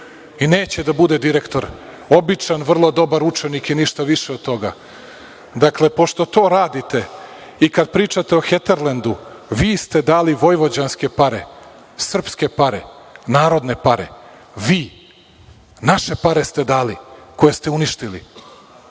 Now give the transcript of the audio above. i neće da bude direktor, običan vrlodobar učenik i ništa više od toga. Dakle, pošto to radite, i kada pričate o „Heterlendu“, vi ste dali vojvođanske pare, srpske pare, narodne pare, vi, naše pare ste dali, koje ste uništili,